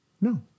No